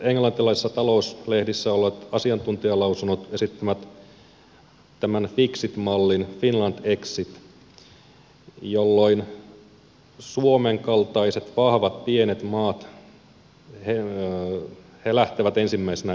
tänä päivänä englantilaisissa talouslehdissä olleissa asiantuntijalausunnoissa esitetään fixit mallia finland exit jolloin suomen kaltaiset vahvat pienet maat lähtevät ensimmäisinä eusta